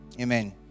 amen